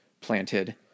planted